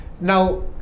Now